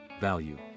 value